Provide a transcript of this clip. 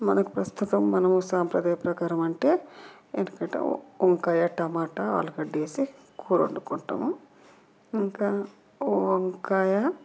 మనకు ప్రస్తుతం మనము సాంప్రదాయ ప్రకారం అంటే ఇటకిట వంకాయ టమాట ఆలుగడ్డ వేసి కూర వండుకుంటాము ఇంకా వంకాయ